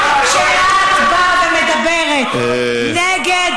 אני מייצגת את הציבור שלי, מספיק.